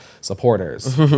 supporters